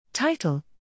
Title